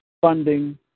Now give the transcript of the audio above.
funding